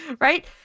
right